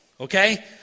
Okay